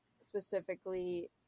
specifically